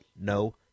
no